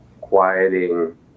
quieting